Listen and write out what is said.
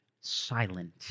silent